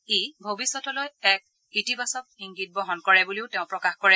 ই ভৱিষ্যতলৈ এক ইতিবাচক ইংগিত বহন কৰে বুলিও তেওঁ প্ৰকাশ কৰিছে